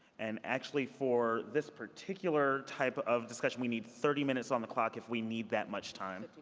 and actually, for this particular type of discussion we need thirty minutes on the clock if we need that much time.